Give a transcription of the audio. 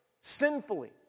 sinfully